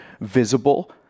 visible